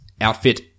outfit